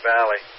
Valley